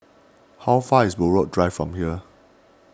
how far away is Buroh Drive from here